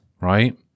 right